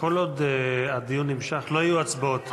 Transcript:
כל עוד הדיון נמשך, לא יהיו הצבעות.